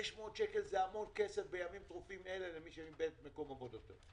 500 שקל זה המון כסף בימים טרופים אלה למי שאיבד את מקום עבודתו.